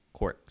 quarks